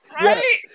Right